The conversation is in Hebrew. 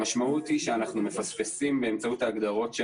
עוסקת כפי שאמרתי בעיקר בעמדות,